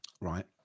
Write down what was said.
Right